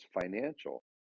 financial